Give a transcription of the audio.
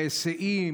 ההיסעים